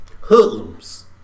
Hoodlums